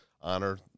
honor